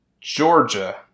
Georgia